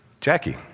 Jackie